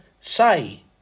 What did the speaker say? say